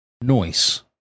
noise